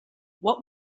what